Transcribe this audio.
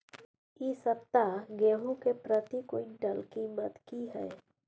इ सप्ताह गेहूं के प्रति क्विंटल कीमत की हय?